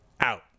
out